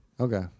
Okay